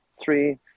three